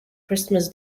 christmas